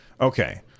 Okay